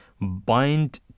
bind